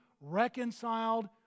reconciled